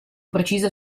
precise